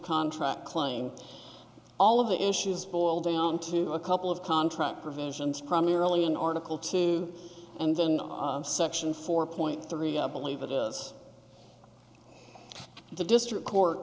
contract claim all of the issues boil down to a couple of contract provisions primarily in article two and then section four point three i believe it is the district court